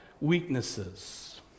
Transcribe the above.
weaknesses